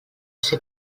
ser